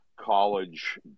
college